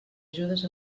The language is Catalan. ajudes